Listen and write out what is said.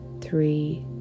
three